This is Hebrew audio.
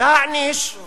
להעניש את